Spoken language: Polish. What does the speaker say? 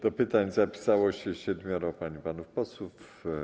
Do pytań zapisało się siedmioro pań i panów posłów.